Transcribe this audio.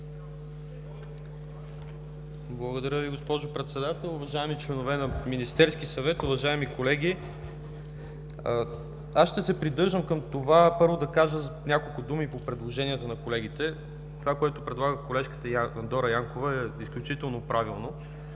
Благодаря Ви, госпожо Председател. Уважаеми членове на Министерския съвет, уважаеми колеги! Първо да кажа няколко думи по предложенията на колегите. Онова, което предлага колежката Дора Янкова, е изключително правилно,